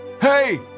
Hey